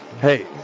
Hey